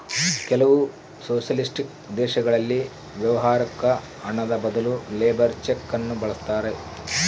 ಕೆಲವು ಸೊಷಲಿಸ್ಟಿಕ್ ದೇಶಗಳಲ್ಲಿ ವ್ಯವಹಾರುಕ್ಕ ಹಣದ ಬದಲು ಲೇಬರ್ ಚೆಕ್ ನ್ನು ಬಳಸ್ತಾರೆ